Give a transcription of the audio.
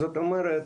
זאת אומרת,